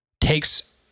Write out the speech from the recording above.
takes